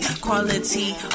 quality